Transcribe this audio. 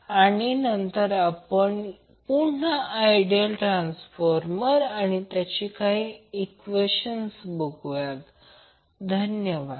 आणि नंतर आपण पुन्हा आइडियल ट्रांसफार्मर आणि त्याची अनेक ईक्वेशन बघूया धन्यवाद